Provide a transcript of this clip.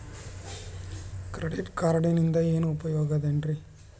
Credit ಕಾರ್ಡಿನಿಂದ ಏನು ಉಪಯೋಗದರಿ?